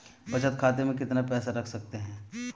बचत खाते में कितना पैसा रख सकते हैं?